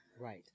Right